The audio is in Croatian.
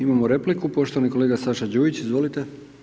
Imamo repliku poštovani kolega Saša Đujić, izvolite.